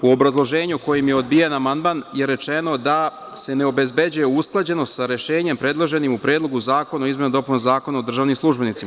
U obrazloženju kojim je odbijen amandman je rečeno da se ne obezbeđuje usklađenost sa rešenjem predloženim u Predlogu zakona o izmenama i dopunama Zakona o državnim službenicima.